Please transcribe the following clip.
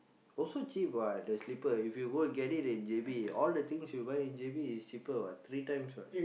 also cheap what the slipper if you go get it in J_B all the things you buy in J_B is cheaper what three times what